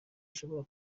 ishobora